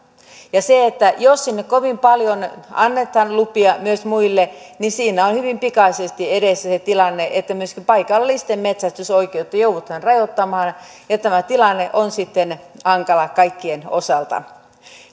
jos sinne kovin paljon annetaan lupia myös muille niin siinä on hyvin pikaisesti edessä se tilanne että myöskin paikallisten metsästysoikeutta joudutaan rajoittamaan ja ja tämä tilanne on sitten hankala kaikkien osalta